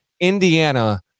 Indiana